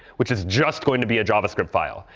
which is just going to be a javascript file.